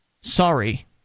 Sorry